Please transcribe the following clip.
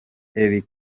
eric